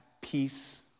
peace